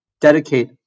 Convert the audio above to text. dedicate